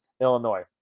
Illinois